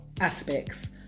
aspects